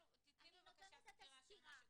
בבקשה, אלין, תני סקירה של מה שקורה.